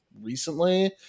recently